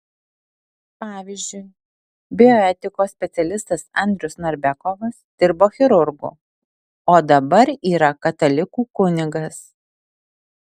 pavyzdžiui bioetikos specialistas andrius narbekovas dirbo chirurgu o dabar yra katalikų kunigas